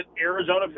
Arizona